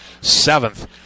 seventh